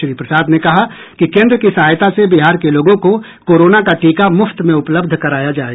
श्री प्रसाद ने कहा कि केंद्र की सहायता से बिहार के लोगों को कोरोना का टीका मुफ्त में उपलब्ध कराया जाएगा